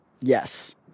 Yes